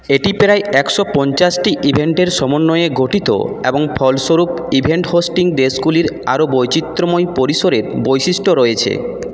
এটি প্রায় একশো পঞ্চাশটি ইভেন্টের সমন্বয়ে গঠিত এবং ফলস্বরূপ ইভেন্ট হোস্টিং দেশগুলির আরও বৈচিত্র্যময় পরিসরের বৈশিষ্ট্য রয়েছে